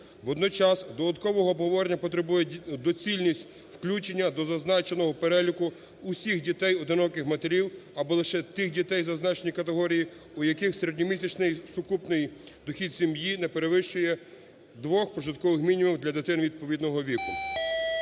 Водночас, додаткового обговорення потребують… доцільність включення до зазначеного переліку усіх дітей одиноких матерів або лише тих дітей, зазначені категорії, в яких середньомісячний сукупний дохід сім'ї не перевищує двох прожиткових мінімум для дітей відповідного віку.